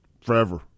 forever